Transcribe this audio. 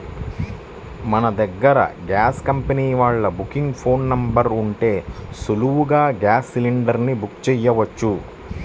మన దగ్గర gas company వాళ్ళ బుకింగ్ ఫోన్ నెంబర్ ఉంటే సులువుగా గ్యాస్ సిలిండర్ ని బుక్ చెయ్యొచ్చు